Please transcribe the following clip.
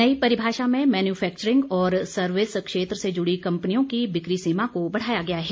नई परिभाषा में मैन्यूफैक्चरिंग और सर्विस क्षेत्र से जुड़ी कंपनियों की बिक्री सीमा को बढ़ाया गया है